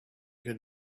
could